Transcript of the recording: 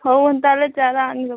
ହଉ ହେନ୍ତା ହେଲେ ଚାରା ଆଣିଦେବ